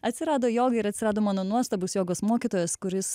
atsirado joga ir atsirado mano nuostabus jogos mokytojas kuris